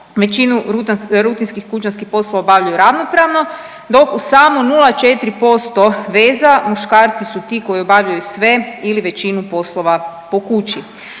većinu rutinskih kućanskih poslova obavljaju ravnopravno dok u samo 0,4% veza muškarci su ti koji obavljaju sve ili većinu poslova po kući.